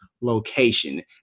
location